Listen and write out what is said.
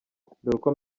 uko